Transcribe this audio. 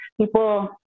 people